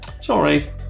sorry